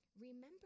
Remember